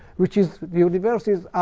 which is the universities.